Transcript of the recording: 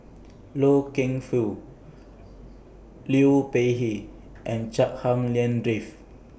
Loy Keng Foo Liu Peihe and Chua Hak Lien Dave